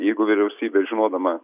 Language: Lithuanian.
jeigu vyriausybė žinodama